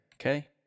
okay